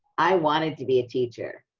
i wanted to be a teacher,